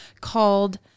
called